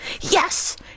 Yes